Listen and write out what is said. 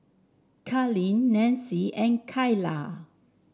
Carlene Nancie and Kaila